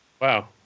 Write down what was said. Wow